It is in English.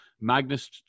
magnus